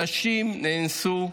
נשים נאנסו,